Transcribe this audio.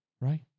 Right